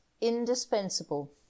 indispensable